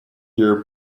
your